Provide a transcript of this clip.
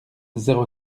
zéro